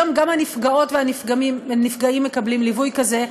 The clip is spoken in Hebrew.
היום גם הנפגעות והנפגעים מקבלים ליווי כזה,